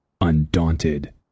undaunted